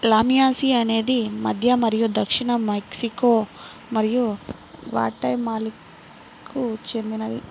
లామియాసి అనేది మధ్య మరియు దక్షిణ మెక్సికో మరియు గ్వాటెమాలాకు చెందినది